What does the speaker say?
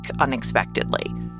unexpectedly